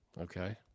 okay